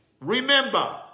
remember